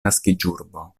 naskiĝurbo